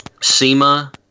SEMA